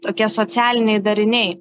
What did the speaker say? tokie socialiniai dariniai